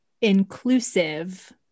inclusive